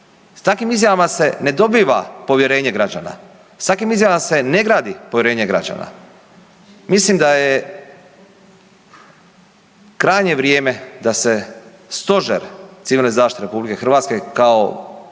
S takvim izjavama se ne dobiva povjerenje građana, s takvim izjavama se ne gradi povjerenje građana. Mislim da je krajnje vrijeme da se Stožer civilne zaštite RH kao